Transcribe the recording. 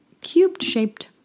cubed-shaped